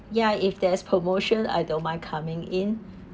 ya if there's promotion I don't mind coming in